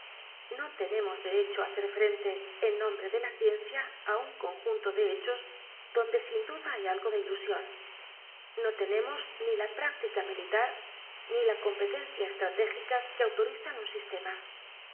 no tenemos derecho á hacer frente en nombre de la ciencia á un conjunto de hechos donde sin duda hay algo de ilusion no tenemos ni la práctica militar ni la competencia estratégica que autorizan un sistema